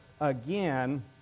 again